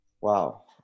Wow